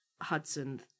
Hudson